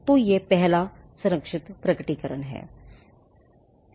तो यह पहला संरक्षित प्रकटीकरण है